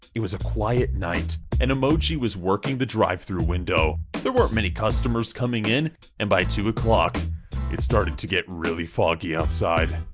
it was a quiet night and emojie was working the drive-thru window. there weren't many customers coming in and by two o'clock it started to get really foggy outside.